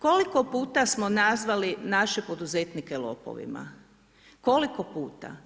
Koliko puta smo nazvali naše poduzetnike lopovima, koliko puta?